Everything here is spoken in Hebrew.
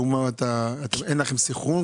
אין לכם סנכרון?